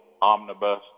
omnibus